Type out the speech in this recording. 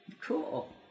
Cool